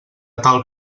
tal